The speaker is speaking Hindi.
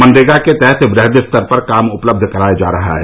मनरेगा के तहत वृहद स्तर पर काम उपलब्ध कराया जा रहा है